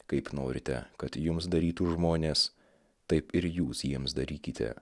kaip norite kad jums darytų žmonės taip ir jūs jiems darykite